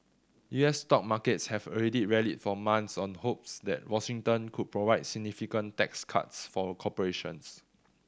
U S stock markets have already rallied for months on hopes that Washington could provide significant tax cuts for corporations